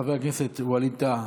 חבר הכנסת ווליד טאהא.